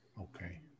okay